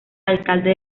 alcalde